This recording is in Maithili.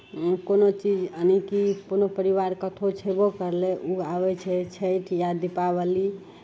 कोनो चीज यानिकि कोनो परिवार कतहु छयबो करलै ओ आबै छै छठि या दिपावली